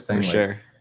sure